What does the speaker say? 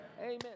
Amen